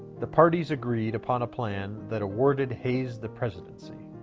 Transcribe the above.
the parties agreed upon a plan that awarded hayes the presidency.